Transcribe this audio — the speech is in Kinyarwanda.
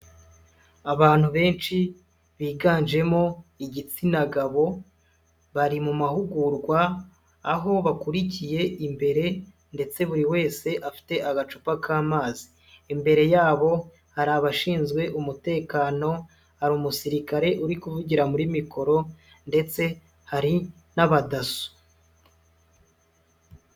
Abantu benshi biganjemo igitsina gabo bari mu mahugurwa. Aho bakurikiye imbere ndetse buri wese afite agacupa k'amazi. Imbere yabo hari abashinzwe umutekano. Hari umusirikare uri kuvugira muri mikoro ndetse hari n'abadaso.